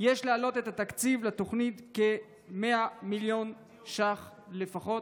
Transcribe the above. יש להעלות את התקציב לתוכנית לכ-100 מיליון ש"ח לפחות.